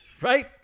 Right